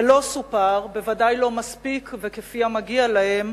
ולא סופר, בוודאי לא מספיק וכפי המגיע להם,